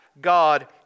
God